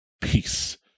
Peace